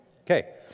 Okay